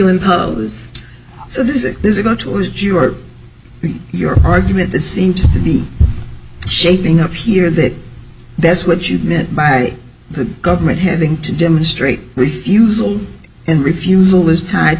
impose so this is going towards you or your argument that seems to be shaping up here that that's what you meant by the government having to demonstrate refusal in refusal was ti